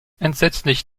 entsetzlich